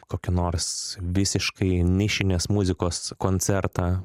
kokį nors visiškai nišinės muzikos koncertą